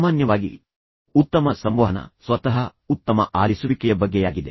ಸಾಮಾನ್ಯವಾಗಿ ಉತ್ತಮ ಸಂವಹನ ಸ್ವತಃ ಉತ್ತಮ ಆಲಿಸುವಿಕೆಯ ಬಗ್ಗೆಯಾಗಿದೆ